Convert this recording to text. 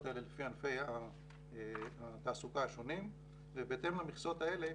האלה לפי ענפי התעסוקה השונים ובהתאם למכסות האלה